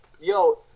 Yo